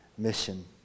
mission